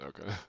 Okay